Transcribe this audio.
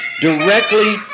directly